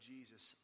Jesus